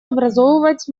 образовывать